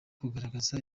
kugaragaza